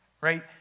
Right